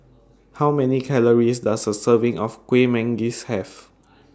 How Many Calories Does A Serving of Kueh Manggis Have